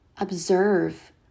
observe